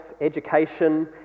education